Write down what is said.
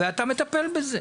ואתה מטפל בזה.